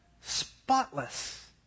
spotless